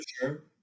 sure